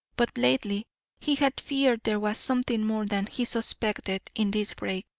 but lately he had feared there was something more than he suspected in this break,